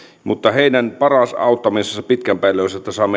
mutta heidän paras auttamisensa pitkän päälle on se että saamme heille järjestettyä työtä